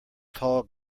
tall